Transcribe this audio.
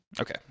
Okay